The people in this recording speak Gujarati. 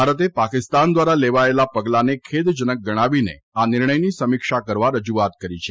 ભારતે પાકિસ્તાન દ્વારા લેવાયેલા પગલાંને ખેદ જનક ગણાવીને આ નિર્ણયની સમીક્ષા કરવા રજ઼આત કરી છે